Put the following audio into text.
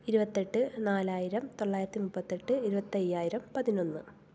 ഇരുപത്തെട്ട് നാലായിരം തൊള്ളായിരുത്തിമുപ്പത്തെട്ട് ഇരുപത്തയ്യായിരം പതിനൊന്ന്